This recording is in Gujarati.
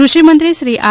કૃષિ મંત્રીશ્રી આર